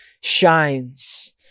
shines